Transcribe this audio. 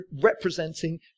representing